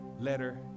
letter